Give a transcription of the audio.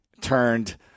turned